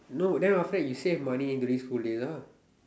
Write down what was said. no then after that you save money during school days lah